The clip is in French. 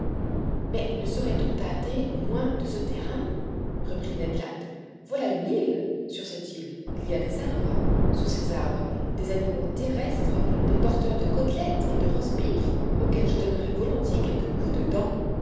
mais ne saurait-on tâter au moins de ce terrain reprit ned land voilà une île sur cette île il y a des arbres sous ces arbres des animaux terrestres des porteurs de côtelettes et de roastbeefs auxquels je donnerais volontiers quelques coups de dents